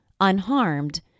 unharmed